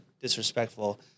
disrespectful